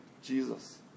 jesus